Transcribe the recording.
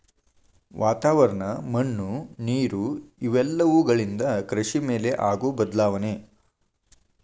ವಾತಾವರಣ, ಮಣ್ಣು ನೇರು ಇವೆಲ್ಲವುಗಳಿಂದ ಕೃಷಿ ಮೇಲೆ ಆಗು ಬದಲಾವಣೆ